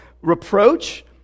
reproach